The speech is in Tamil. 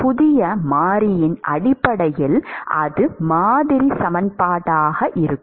எனவே புதிய மாறியின் அடிப்படையில் அது மாதிரி சமன்பாடாக இருக்கும்